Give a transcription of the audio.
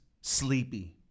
sleepy